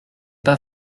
pas